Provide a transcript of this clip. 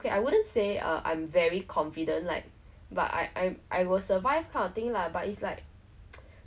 actually I also tried err canoeing but not sure why this time the ego didn't set you maybe I was really too scared